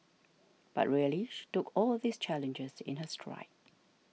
but really she took all these challenges in her stride